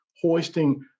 hoisting